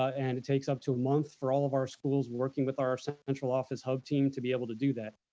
and it takes up to a month for all of our schools working with our central office hub team to be able to do that.